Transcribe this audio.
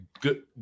good